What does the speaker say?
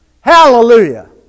Hallelujah